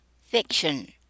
fiction